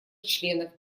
членов